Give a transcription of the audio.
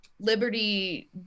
liberty